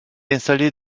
installé